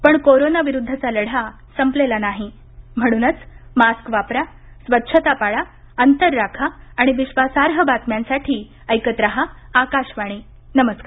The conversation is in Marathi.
पण कोरोनाविरुद्धचा लढा संपलेला नाही म्हणूनच मास्क वापरा स्वच्छता पाळा अंतर राखा आणि विश्वासार्ह बातम्यांसाठी ऐकत राहा आकाशवाणी नमस्कार